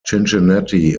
cincinnati